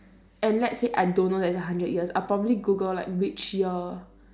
and let's say I don't know that's a hundred years I probably google like which year